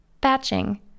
Batching